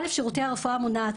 א' שירותי רפואה מונעת,